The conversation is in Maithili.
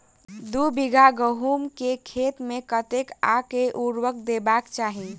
दु बीघा गहूम केँ खेत मे कतेक आ केँ उर्वरक देबाक चाहि?